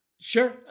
Sure